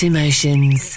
Emotions